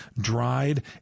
dried